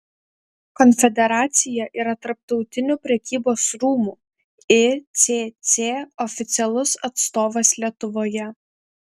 konfederacija yra tarptautinių prekybos rūmų icc oficialus atstovas lietuvoje